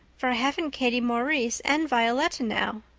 for i haven't katie maurice and violetta now.